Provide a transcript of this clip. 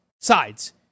sides